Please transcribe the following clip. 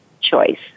choice